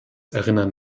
erinnern